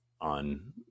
on